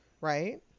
right